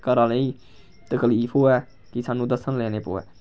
घरा आह्लें गी तकलीफ होऐ कि सानूं दस्सन लेना पवै